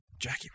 Jackie